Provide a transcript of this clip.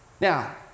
Now